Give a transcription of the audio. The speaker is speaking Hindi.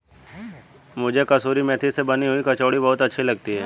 मुझे कसूरी मेथी से बनी हुई कचौड़ी बहुत अच्छी लगती है